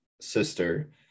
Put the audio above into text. sister